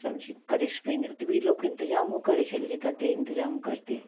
सबजी करैसँ पहिने ओतबी लोक इन्तिजामो करै छलै जे कतेक इन्तिजाम करतै